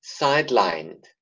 sidelined